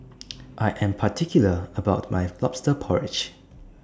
I Am particular about My Lobster Porridge